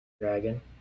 dragon